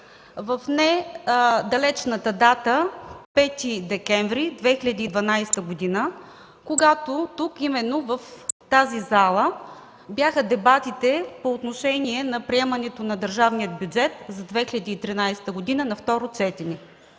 недалечната дата 5 декември 2012 г. Тогава тук, в тази зала бяха дебатите по приемането на държавния бюджет за 2013 г. на второ четене.